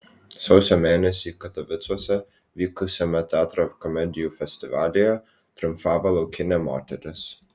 sausio mėnesį katovicuose vykusiame teatro komedijų festivalyje triumfavo laukinė moteris